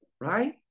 right